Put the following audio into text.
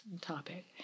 topic